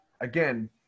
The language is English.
again